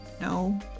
No